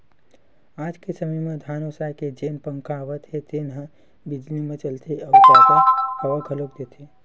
आज के समे म धान ओसाए के जेन पंखा आवत हे तेन ह बिजली म चलथे अउ जादा हवा घलोक देथे